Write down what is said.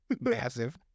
massive